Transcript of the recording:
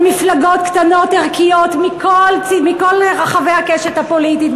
למפלגות קטנות ערכיות מכל רחבי הקשת הפוליטית,